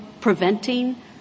preventing